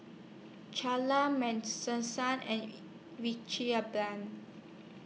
Charla Maddison and